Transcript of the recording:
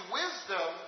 wisdom